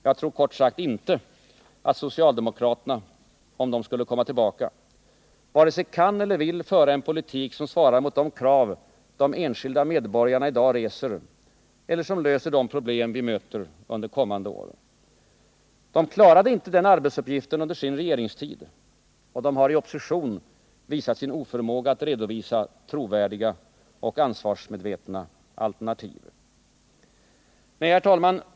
Jag tror kort sagt inte att socialdemokraterna — om de skulle komma tillbaka — vare sig kan eller vill föra en politik som svarar mot de krav som de enskilda medborgarna i dag reser eller som löser de problem som vi möter under kommande år. De klarade inte den arbetsuppgiften under sin regeringstid. Och de har i opposition visat sin oförmåga att redovisa trovärdiga och ansvarsmedvetna alternativ. Herr talman!